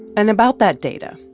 and about that data,